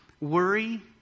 worry